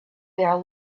there